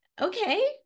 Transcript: okay